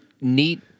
neat